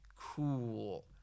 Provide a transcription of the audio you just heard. cool